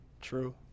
true